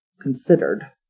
considered